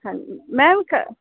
ਹਾਂਜੀ ਮੈਮ